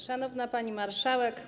Szanowna Pani Marszałek!